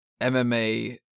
MMA